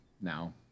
now